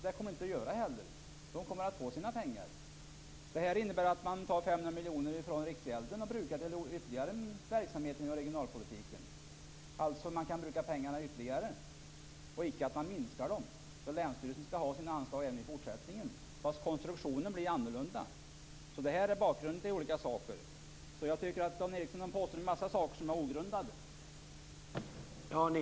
Det kommer de inte heller att göra. Det kommer att få sina pengar. Detta innebär att man tar 500 miljoner kronor från Riksgälden och brukar till ytterligare en verksamhet inom regionalpolitiken. Man kan alltså bruka pengarna ytterligare och inte minska dem. Länsstyrelsen skall ha sina anslag även i fortsättningen, fast konstruktionen blir annorlunda. Detta är alltså bakgrunden. Jag tycker att Dan Ericsson påstår en mängd saker som är ogrundade.